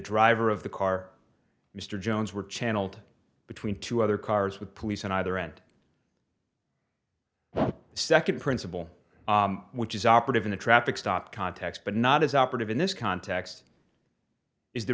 driver of the car mr jones were channeled between two other cars with police in either and the second principle which is operative in a traffic stop context but not as operative in this context is the